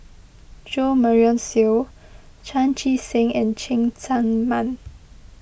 Jo Marion Seow Chan Chee Seng and Cheng Tsang Man